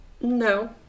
No